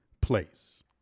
place